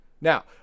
Now